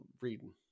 reading